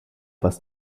was